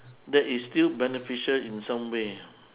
that is still beneficial in some way